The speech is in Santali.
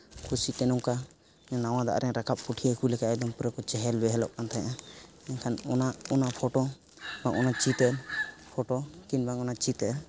ᱠᱩᱥᱤᱛᱮ ᱱᱚᱝᱠᱟ ᱡᱮ ᱱᱟᱣᱟ ᱫᱟᱜ ᱨᱮ ᱨᱟᱠᱟᱵ ᱯᱩᱴᱷᱤ ᱦᱟᱹᱠᱩ ᱞᱮᱠᱟ ᱮᱠᱫᱚᱢ ᱯᱩᱨᱟᱹ ᱠᱚ ᱪᱮᱦᱮᱞ ᱵᱮᱦᱮᱞᱚᱜ ᱠᱟᱱ ᱛᱟᱦᱮᱸᱫᱼᱟ ᱮᱱᱠᱷᱟᱱ ᱚᱱᱟ ᱚᱱᱟ ᱯᱷᱳᱴᱳ ᱵᱟ ᱚᱱᱟ ᱪᱤᱛᱟᱹᱨ ᱯᱷᱳᱴᱳ ᱠᱤᱝᱵᱟ ᱚᱱᱟ ᱪᱤᱛᱟᱹᱨ